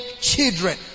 Children